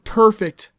perfect